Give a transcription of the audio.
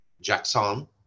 Jackson